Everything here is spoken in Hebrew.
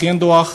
הכין דוח,